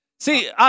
See